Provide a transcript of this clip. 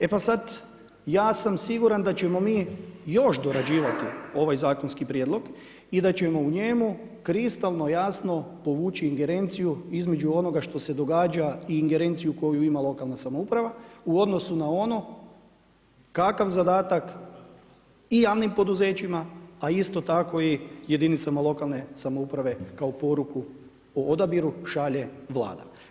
E, pa sad, ja sam siguran, da ćemo mi još dorađivati ovaj zakonski prijedlog i da ćemo u njemu, kristalno jasno povući ingerenciju između onoga što se događa i ingerenciju koju ima lokalna samouprava u odnosu na ono, kakav zadatak i javnim poduzećima, a isto tako i jedinicama lokalne samouprave kao poruku o odabiru šalje Vlada.